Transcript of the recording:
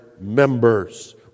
members